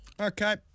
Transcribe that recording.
Okay